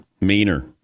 meaner